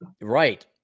Right